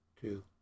two